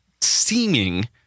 seeming